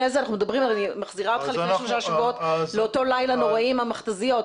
אני מחזירה אותך לפני שלושה שבועות לאותו לילה נוראי עם המכת"זיות,